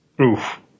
Oof